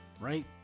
right